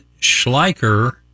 Schleicher